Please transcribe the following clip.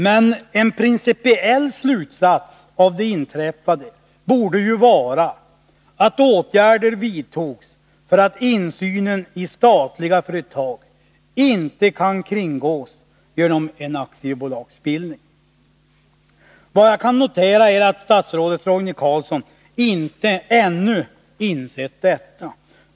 Men en principiell slutsats av det inträffade borde vara att åtgärder vidtogs för att insynen i statliga företag inte skulle kunna kringgås genom en aktiebolagsbildning. Det jag kan notera är att statsrådet Roine Carlsson inte ännu insett detta.